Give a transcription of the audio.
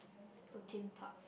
to theme parks